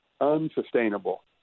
unsustainable